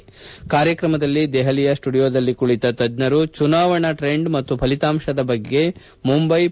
ಈ ಕಾರ್ಯಕ್ರಮದಲ್ಲಿ ದೆಹಲಿಯ ಸ್ಪುಡಿಯೋದಲ್ಲಿ ಕುಳಿತ ತಜ್ಞರು ಚುನಾವಣಾ ಟ್ರೆಂಡ್ ಮತ್ತು ಫಲಿತಾಂಶಗಳ ಬಗ್ಗೆ ಮುಂಬ್ವೆ